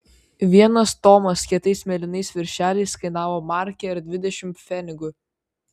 vienas tomas kietais mėlynais viršeliais kainavo markę ir dvidešimt pfenigų